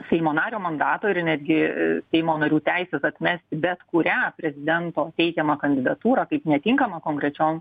seimo nario mandato ir netgi seimo narių teisės atmesti bet kurią prezidento teikiamą kandidatūrą kaip netinkamą konkrečiom